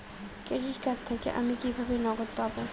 Credit card থেকে আমি কিভাবে নগদ পাব?